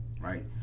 right